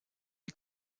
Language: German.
die